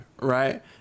right